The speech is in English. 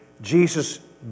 Jesus